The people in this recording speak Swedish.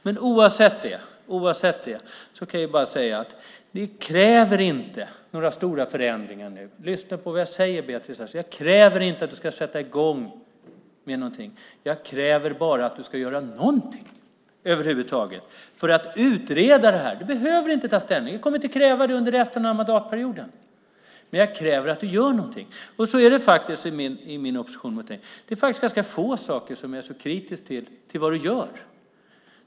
Men bortsett från det kan jag bara säga: Vi kräver inte några stora förändringar nu. Lyssna på vad jag säger, Beatrice Ask! Jag kräver inte att du sätter i gång med någonting. Jag kräver bara att du gör någonting över huvud taget för att utreda det här. Du behöver inte ta ställning; jag kommer inte att kräva det under resten av mandatperioden. Men jag kräver att du gör någonting . När det gäller min opposition mot dig, Beatrice Ask, kan jag säga att det faktiskt är ganska få områden där jag är mycket kritisk till vad du gör.